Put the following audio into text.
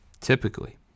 Typically